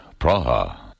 Praha